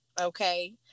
Okay